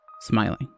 smiling